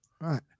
right